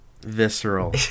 visceral